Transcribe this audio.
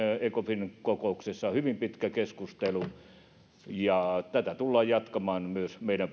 ecofin kokouksessa hyvin pitkä keskustelu ja tätä tullaan jatkamaan myös meidän